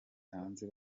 hanze